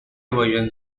versions